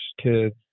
kids